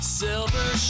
silver